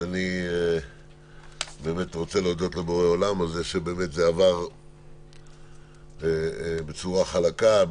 אז אני באמת רוצה להודות לבורא עולם על זה שעבר בצורה חלקה,